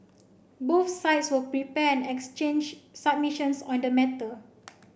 both sides will prepare and exchange submissions on the matter